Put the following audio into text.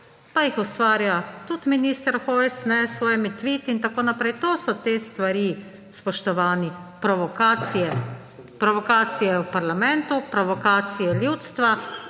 pa jih ustvarja tudi minister Hojs s svojimi tviti in tako naprej. To so te stvari, spoštovani. Provokacije; provokacije v parlamentu, provokacije ljudstva,